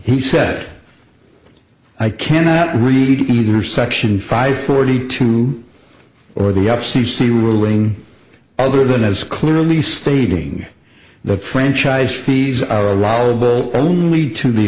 he said i cannot read either section five forty two or the f c c ruling other than as clearly stating the franchise fees are allowable only to the